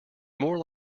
more